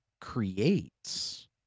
creates